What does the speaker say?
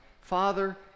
Father